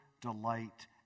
delight